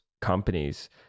companies